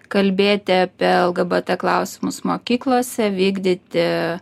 kalbėti apie lgbt klausimus mokyklose vykdyti